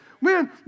Man